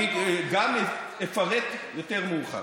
אני גם אפרט יותר מאוחר.